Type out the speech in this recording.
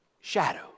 shadow